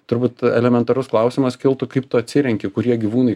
turbūt elementarus klausimas kiltų kaip tu atsirenki kurie gyvūnai